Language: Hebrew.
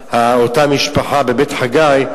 אותה משפחה בבית-חגי,